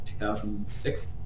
2006